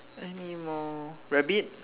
anymore rabbit